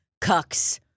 cucks